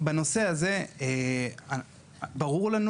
בנושא הזה, ברור לנו